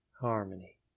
harmony